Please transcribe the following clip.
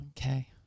Okay